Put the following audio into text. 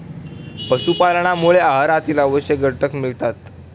पशुपालनामुळे आहारातील आवश्यक घटक मिळतात